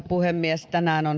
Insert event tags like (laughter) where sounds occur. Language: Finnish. (unintelligible) puhemies